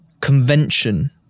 convention